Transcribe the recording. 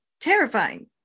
terrifying